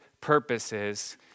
purposes